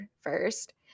first